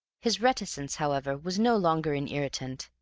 his reticence, however, was no longer an irritant.